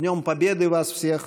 (אומר דברים בשפה הרוסית.)